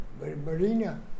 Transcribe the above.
Marina